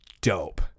dope